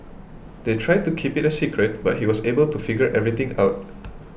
they tried to keep it a secret but he was able to figure everything out